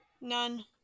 None